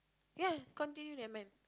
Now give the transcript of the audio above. ya continue never mind